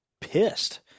pissed